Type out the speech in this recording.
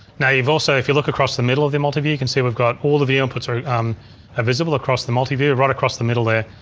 now you've also, if you look across the middle of the multiview, you can see we've got all the the outputs are um ah visible across the multiview right across the middle there.